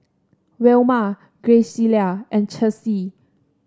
Wilma Graciela and Chessie